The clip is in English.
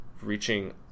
reaching